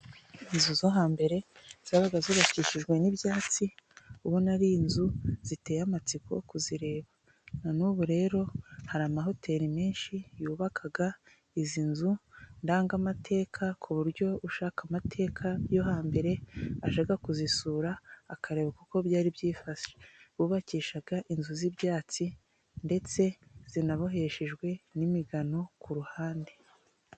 Inzu zo hambere zabaga zubakishijwe n'ibyatsi ubona ari inzu ziteye amatsiko kuzireba, na n'ubu rero hari amahoteli menshi yubaka izi nzu ndangamateka ku buryo ushaka amateka yo hambere ashaka kuzisura akareba uko byari byifashe, bubakishaga inzu z'ibyatsi ndetse zinaboheshejwe n'imigano ku ruhande.